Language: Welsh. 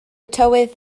tywydd